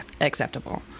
acceptable